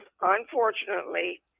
unfortunately